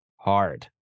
hard